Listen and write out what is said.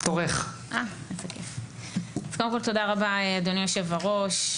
קודם כל, תודה רבה, אדוני היושב-ראש,